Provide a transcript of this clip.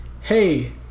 hey